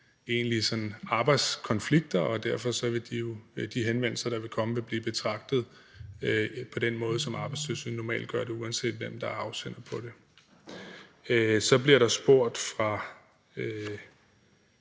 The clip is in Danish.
arbejdskonflikter, og derfor vil de henvendelser, der vil komme, blive betragtet på den måde, som Arbejdstilsynet normalt gør det på, uanset hvem der er afsender på det. Kl. 14:49 Så bliver der spurgt fra